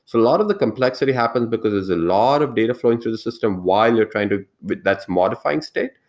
a lot of the complexity happens, because there's a lot of data flow into the system while you're trying to but that's modifying state,